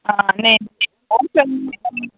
हां नेईं नेईं